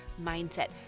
mindset